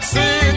Sing